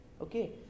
okay